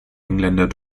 engländer